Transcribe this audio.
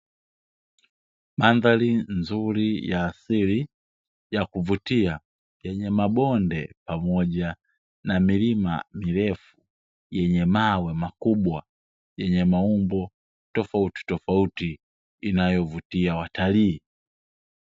Mandhari nzuri ya asili ya kuvutia, yenye mabonde pamoja na milima mirefu; yenye mawe makubwa yenye maumbo tofautitofauti, inayovutia watalii.